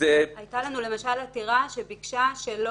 רק הסיכום